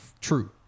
true